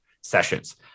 sessions